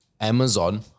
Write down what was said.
Amazon